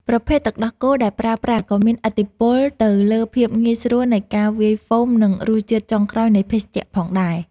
ប្រភេទទឹកដោះគោដែលប្រើប្រាស់ក៏មានឥទ្ធិពលទៅលើភាពងាយស្រួលនៃការវាយហ្វូម និងរសជាតិចុងក្រោយនៃភេសជ្ជៈផងដែរ។